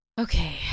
Okay